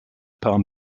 palm